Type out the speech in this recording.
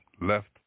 left